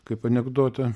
kaip anekdotą